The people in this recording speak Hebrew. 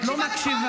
מה חדש?